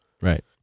Right